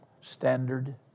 standard